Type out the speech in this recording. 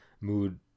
mood